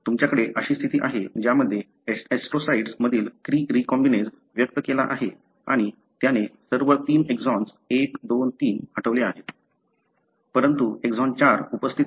तुमच्याकडे अशी स्थिती आहे ज्यामध्ये ऍस्ट्रोसाइट मधील क्री रीकॉम्बिनेज व्यक्त केला आहे आणि त्याने सर्व तीन एक्सॉन 1 2 3 हटवले आहेत परंतु एक्सॉन 4 उपस्थित आहे